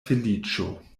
feliĉo